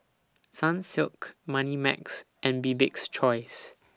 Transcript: Sunsilk Moneymax and Bibik's Choice